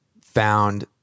found